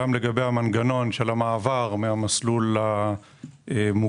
גם לגבי המנגנון של המעבר מן המסלול המוגבר,